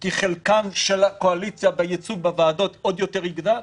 כי חלקה של הקואליציה בייצוג בוועדות יגדל עוד יותר?